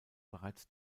bereits